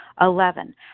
eleven